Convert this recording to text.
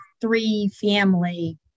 three-family